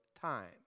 time